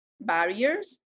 barriers